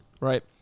right